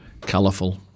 Colourful